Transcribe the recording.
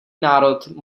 národ